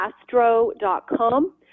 astro.com